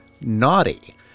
naughty